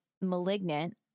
Malignant